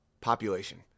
population